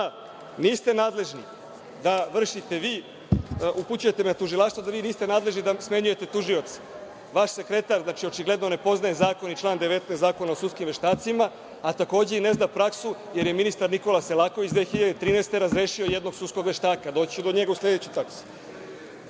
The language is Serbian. da niste nadležni, upućujete na tužilaštvo da vi niste nadležni da smenjujete tužioce. Vaš sekretar očigledno ne poznaje zakon i član 19. Zakona o sudskim veštacima, a takođe i ne zna praksu jer je ministar Nikola Selaković 2013. godine razrešio jednog sudskog veštaka, doći ću do njega u sledećoj tački. Ja